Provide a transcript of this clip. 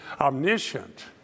omniscient